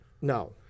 No